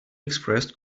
expressed